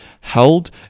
held